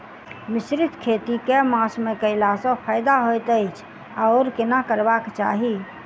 मिश्रित खेती केँ मास मे कैला सँ फायदा हएत अछि आओर केना करबाक चाहि?